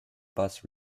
bus